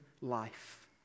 life